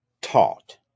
taught